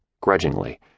Grudgingly